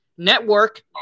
Network